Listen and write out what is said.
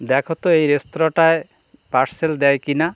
দেখো তো এই রেস্তোরাঁটায় পার্সেল দেয় কি না